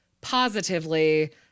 positively